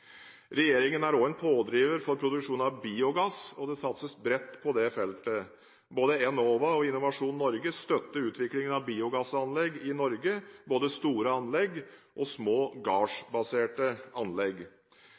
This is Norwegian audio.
Regjeringen er også en pådriver for produksjon av biogass, og det satses bredt på det feltet. Både Enova og Innovasjon Norge støtter utviklingen av biogassanlegg i Norge, både store anlegg og små gardsbaserte anlegg.